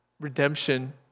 redemption